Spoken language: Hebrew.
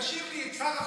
תשאיר לי את שר החוץ.